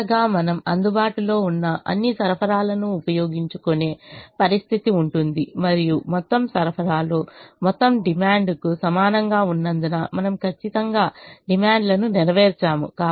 చివరగా మనము అందుబాటులో ఉన్న అన్ని సరఫరాలను ఉపయోగించుకునే పరిస్థితి ఉంటుంది మరియు మొత్తం సరఫరాలు మొత్తం డిమాండ్కు సమానంగా ఉన్నందున మనము కచ్చితంగా డిమాండ్లను నెరవేర్చాము